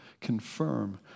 confirm